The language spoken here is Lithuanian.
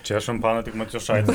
čia šampaną tik matijošaitis